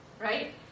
right